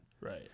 Right